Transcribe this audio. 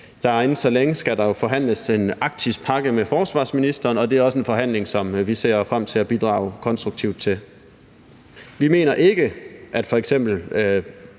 inden så længe skal der jo forhandles en arktisk pakke med forsvarsministeren, og det er også en forhandling, som vi ser frem til at bidrage konstruktivt til. Vi mener ikke, at f.eks.